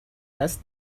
دست